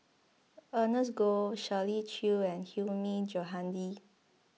Ernest Goh Shirley Chew and Hilmi Johandi